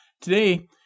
Today